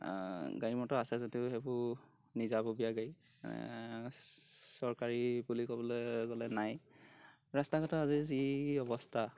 গাড়ী মটৰ আছে যদিও সেইবোৰ নিজাববীয়া গাড়ী চৰকাৰী বুলি ক'বলৈ গ'লে নাই ৰাস্তা ঘাটৰ আজিৰ যি অৱস্থা